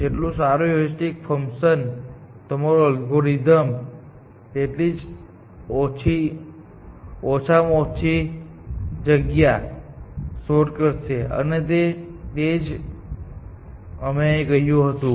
જેટલું સારું heuristic function તમારું અલ્ગોરિધમ તેટલી જ ઓછી જગ્યા માં શોધ કરશે અને તે જ છે જે અમે અહીં કહ્યું હતું